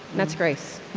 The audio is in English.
that's grace